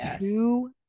two